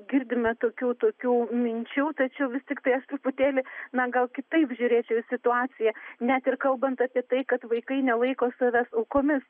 girdime tokių tokių minčių tačiau vis tiktai aš truputėlį na gal kitaip žiūrėčiau į situaciją net ir kalbant apie tai kad vaikai nelaiko savęs aukomis